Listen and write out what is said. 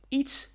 iets